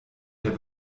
der